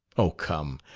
oh, come!